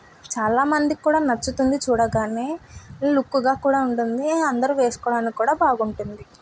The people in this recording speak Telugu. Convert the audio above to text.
చాలామందికి కూడా నచ్చుతుంది చూడగానే లుక్కుగా కూడా ఉంటుంది అందరు వేసుకోవడానికి కూడా బాగుంటుంది